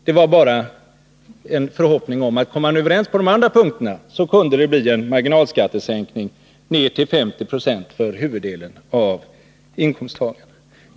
Det var bara en förhoppning om att om man kom överens på de andra punkterna, så kunde det bli en marginalskattesänkning ned till 50 26 för huvuddelen av inkomsttagarna.